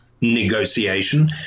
negotiation